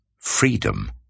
freedom